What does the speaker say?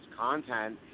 content